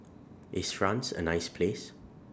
IS France A nice Place